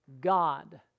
God